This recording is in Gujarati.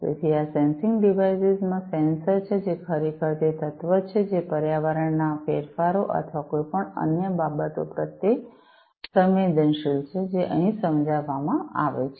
તેથી આ સેન્સિંગ ડિવાઇસીસમાં સેન્સર છે જે ખરેખર તે તત્વ છે જે પર્યાવરણના આ ફેરફારો અથવા કોઈપણ અન્ય બાબતો પ્રત્યે સંવેદનશીલ છે જે અહી સમજાવામાં આવે છે